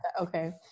Okay